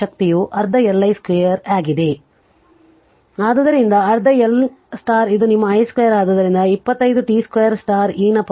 ಆದ್ದರಿಂದ ಅರ್ಧ L ಇದು ನಿಮ್ಮ i 2 ಆದ್ದರಿಂದ 25 t 2 e ನ ಪವರ್ 20 t